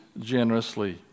generously